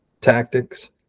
tactics